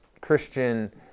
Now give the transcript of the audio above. Christian